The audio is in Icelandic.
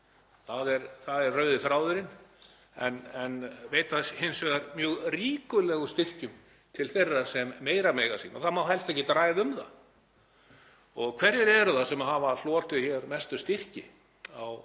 það er rauði þráðurinn, en veita hins vegar mjög ríkulega styrki til þeirra sem meira mega sín. En það má helst ekkert ræða um það. Og hverjir eru það sem hafa hlotið hér mestu styrki á síðustu